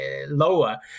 lower